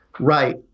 Right